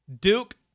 Duke